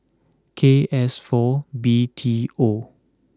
K S four B T O